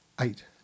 Eight